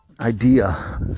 idea